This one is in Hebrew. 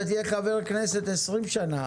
אנחנו מאמינים שאתה תהיה חבר כנסת 20 שנה,